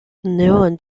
known